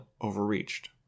overreached